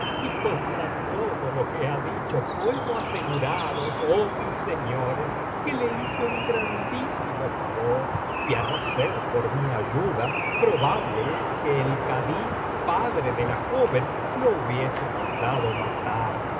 y contra todo lo que ha dicho puedo aseguraros oh mis señores que le hice un grandísimo favor y á no ser por mi ayuda probable es que el kadí padre de la joven lo hubiese mandado matar de